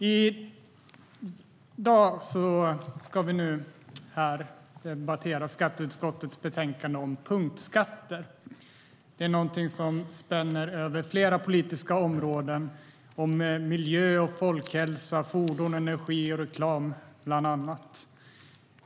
Herr talman! Vi debatterar skatteutskottets betänkande om punktskatter, något som spänner över flera politiska områden, bland annat miljö, folkhälsa, fordon, energi och reklam.